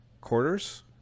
quarters